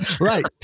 Right